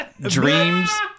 Dreams